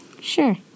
Sure